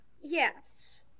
yes